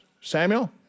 Samuel